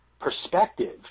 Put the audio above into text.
perspective